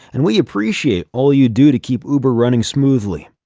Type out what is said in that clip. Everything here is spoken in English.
and we appreciate all you do to keep uber running smoothly.